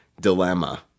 Dilemma